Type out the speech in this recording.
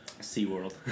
SeaWorld